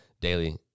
daily